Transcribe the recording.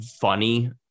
funny